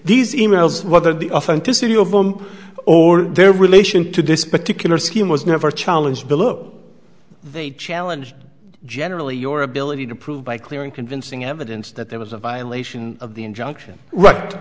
these e mails whether the often tissue of them or their relation to this particular scheme was never challenged to look they challenge generally your ability to prove by clear and convincing evidence that there was a violation of the injunction right